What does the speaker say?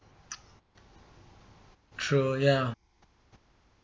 true ya